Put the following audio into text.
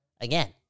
again